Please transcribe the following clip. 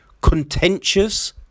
contentious